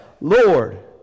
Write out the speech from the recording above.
Lord